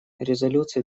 резолюции